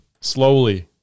slowly